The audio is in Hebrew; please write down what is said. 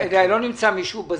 לא נמצא מישהו בזום.